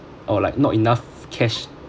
or like not enough cash